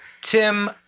Tim